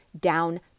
down